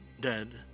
dead